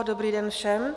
Dobrý den všem.